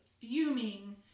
Fuming